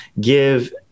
give